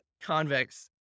Convex